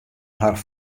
har